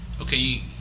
okay